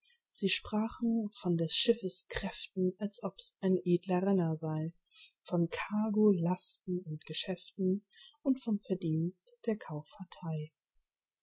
sie sprachen von des schiffes kräften als ob's ein edler renner sei von cargo lasten und geschäften und vom verdienst der